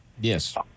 Yes